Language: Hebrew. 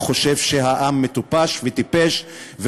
והוא חושב שהעם מטופש וטיפש,